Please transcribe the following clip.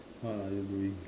what are you doing